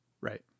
Right